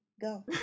Go